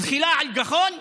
זחילה על גחון,